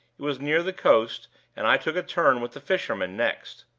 it was near the coast and i took a turn with the fishermen next.